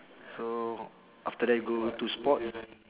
so after that go to sports